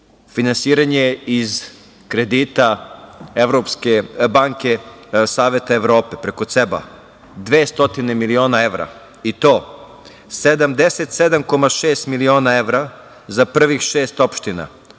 finansiranje iz kredita banke Saveta Evrope, preko CEB-a, 200 miliona evra, i to 77,6 miliona evra za prvih šest opština. Ovo